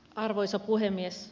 arvoisa puhemies